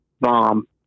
bomb